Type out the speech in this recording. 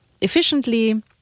efficiently